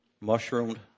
mushroomed